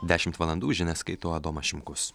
dešimt valandų žinias skaito adomas šimkus